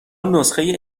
نسخه